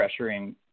pressuring